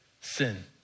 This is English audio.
sin